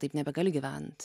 taip nebegali gyvent